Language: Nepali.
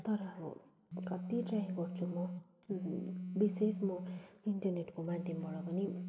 तर अब कति ट्राई गर्छु मो विशेष म इन्टरनेटको माध्यमबाट पनि